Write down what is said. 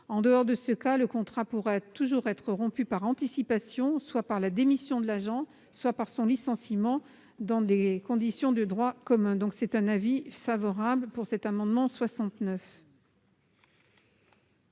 En dehors de ce cas, le contrat pourra toujours être rompu par anticipation, soit par la démission de l'agent, soit par son licenciement, dans les conditions du droit commun. Concernant l'amendement n°